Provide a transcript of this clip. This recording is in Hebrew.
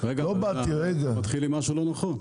לא באתי ו --- אתה מתחיל עם משהו לא נכון.